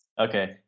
Okay